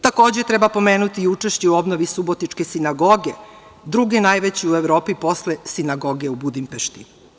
Takođe, treba pomenuti i učešće u obnovi Subotičke sinagoge, druge najveće u Evropi posle sinagoge u Budimpešti.